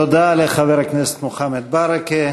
תודה לחבר הכנסת מוחמד ברכה.